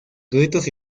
gritos